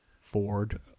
Ford